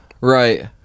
right